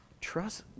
trust